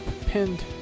pinned